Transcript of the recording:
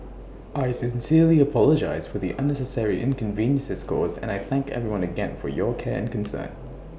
I sincerely apologise for the unnecessary inconveniences caused and I thank everyone again for your care and concern